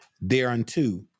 thereunto